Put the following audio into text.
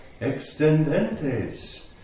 extendentes